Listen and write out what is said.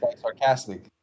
sarcastic